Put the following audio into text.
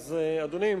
אדוני,